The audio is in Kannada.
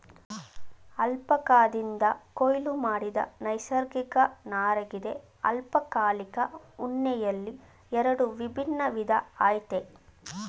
ಅಲ್ಪಕಾದಿಂದ ಕೊಯ್ಲು ಮಾಡಿದ ನೈಸರ್ಗಿಕ ನಾರಗಿದೆ ಅಲ್ಪಕಾಲಿಕ ಉಣ್ಣೆಯಲ್ಲಿ ಎರಡು ವಿಭಿನ್ನ ವಿಧ ಆಯ್ತೆ